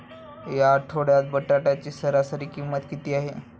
या आठवड्यात बटाट्याची सरासरी किंमत किती आहे?